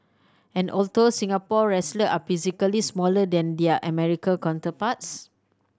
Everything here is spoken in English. and although Singapore wrestlers are physically smaller than their America counterparts